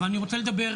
אבל אני רוצה לדבר,